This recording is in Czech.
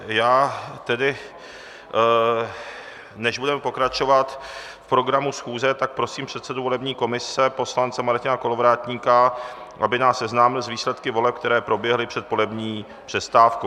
Já tedy, než budeme pokračovat v programu schůze, prosím předsedu volební komise poslance Martina Kolovratníka, aby nás seznámil s výsledky voleb, které proběhly před polední přestávkou.